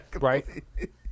Right